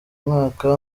mwaka